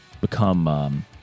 become